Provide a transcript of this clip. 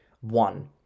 one